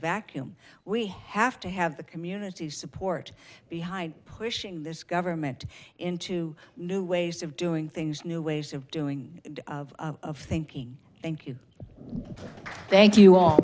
vacuum we have to have the community support behind pushing this government into new ways of doing things new ways of doing of thinking thank you thank you